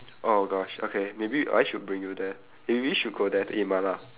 oh gosh okay maybe I should bring you there maybe we should go there to eat mala